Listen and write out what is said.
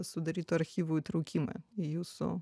sudarytų archyvų įtraukimą į jūsų